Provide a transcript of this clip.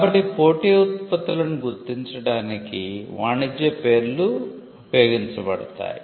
కాబట్టి పోటీ ఉత్పత్తులను గుర్తించడానికి వాణిజ్య పేర్లు ఉపయోగించబడతాయి